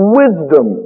wisdom